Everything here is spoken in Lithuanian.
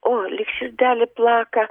o lyg širdelė plaka